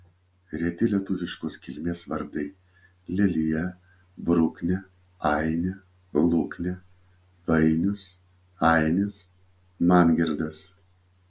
reti lietuviškos kilmės vardai lelija bruknė ainė luknė vainius ainis mangirdas